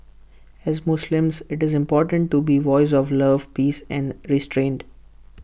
as Muslims IT is important to be voice of love peace and restraint